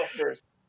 first